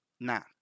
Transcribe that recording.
nap